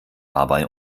dabei